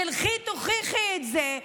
תלך תוכיח את זה,